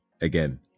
again